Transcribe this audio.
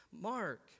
Mark